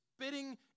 spitting